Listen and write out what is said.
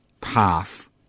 path